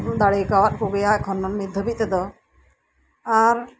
ᱫᱟᱲᱮ ᱠᱟᱣᱟᱫ ᱠᱚᱜᱮᱭᱟ ᱮᱠᱷᱚᱱ ᱫᱚ ᱱᱤᱛ ᱫᱷᱟᱵᱤᱡ ᱛᱮᱫᱚ ᱟᱨ